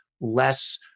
less